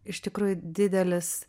iš tikrųjų didelis